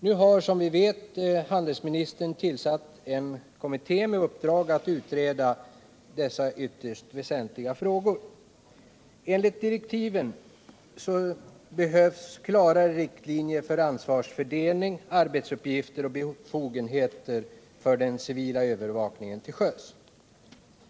Nu har, som vi vet, handelsministern tillsatt en kommitté med uppdrag att utreda dessa ytterst väsentliga frågor. Enligt direktiven behövs klarare riktlinjer för ansvarsfördelning, arbetsuppgifter och befogenheter för den civila övervakningen till sjöss.